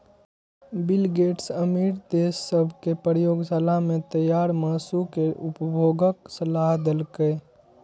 bill Gates अमीर देश सभ कें प्रयोगशाला मे तैयार मासु केर उपभोगक सलाह देलकैए